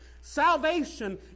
salvation